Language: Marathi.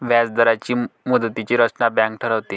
व्याजदरांची मुदतीची रचना बँक ठरवते